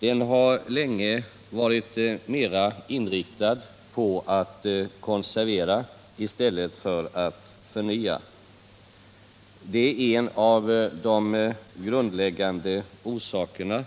Den har länge varit inriktad på att konservera i stället för att förnya. Det menar jag är en av de grundläggande orsakerna